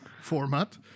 format